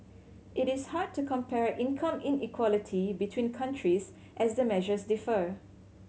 it is hard to compare income inequality between countries as the measures differ